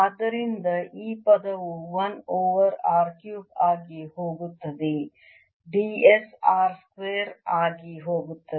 ಆದ್ದರಿಂದ ಈ ಪದವು 1 ಓವರ್ r ಕ್ಯೂಬ್ ಆಗಿ ಹೋಗುತ್ತದೆ ds r ಸ್ಕ್ವೇರ್ ಆಗಿ ಹೋಗುತ್ತದೆ